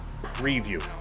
Preview